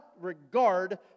regard